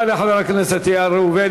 תודה לחבר הכנסת איל בן ראובן.